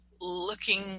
looking